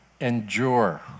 endure